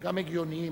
גם הגיוניים.